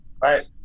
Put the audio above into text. Right